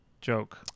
joke